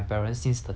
对 lor